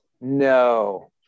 No